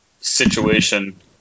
situation